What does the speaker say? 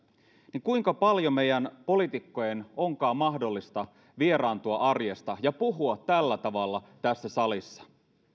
sitä kuinka paljon meidän poliitikkojen onkaan mahdollista vieraantua arjesta kun puhumme tällä tavalla tässä salissa